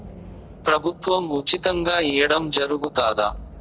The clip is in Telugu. ప్రభుత్వం ఉచితంగా ఇయ్యడం జరుగుతాదా?